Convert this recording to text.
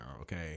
okay